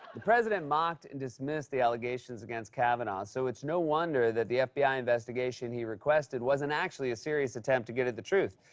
the president mocked and dismissed the allegations against kavanaugh, so it's no wonder that the fbi investigation he requested wasn't actually a serious attempt to get at the truth.